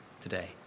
today